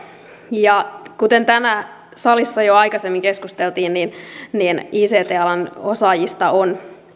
kuten tänään salissa jo aikaisemmin keskusteltiin niin ict alan osaajista on